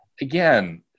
again